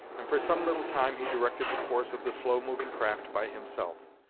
and for some little time he directed the course of the slow-moving craft by himself.